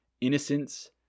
innocence